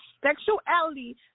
sexuality